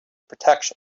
protection